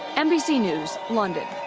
nbc news, london.